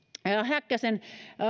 häkkäsen